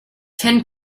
ten